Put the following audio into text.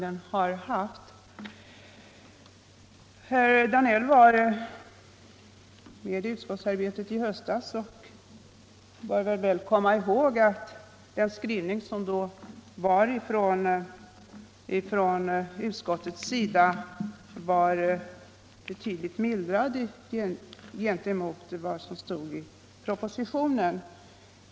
Herr Danell var med i utskottsarbetet i höstas och bör väl komma ihåg att den skrivning utskottet gjorde var en betydande mildring av vad som anfördes i propositionen.